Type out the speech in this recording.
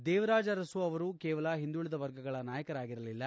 ದೇವರಾಜ ಅರಸು ಅವರು ಕೇವಲ ಹಿಂದುಳಿದ ವರ್ಗಗಳ ನಾಯಕರಾಗಿರಲಿಲ್ಲ